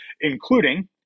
including